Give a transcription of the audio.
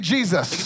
Jesus